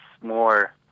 more